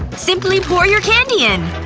simply pour your candy in!